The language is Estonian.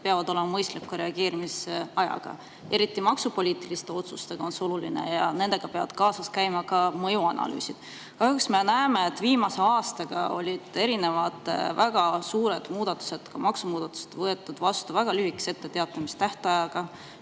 peavad olema mõistliku reageerimisajaga. Eriti maksupoliitiliste otsuste puhul on see oluline ja nende [otsustega] peavad kaasas käima ka mõjuanalüüsid. Kahjuks me näeme, et viimase aastaga on väga suured muudatused, ka maksumuudatused võetud vastu väga lühikese etteteatamistähtajaga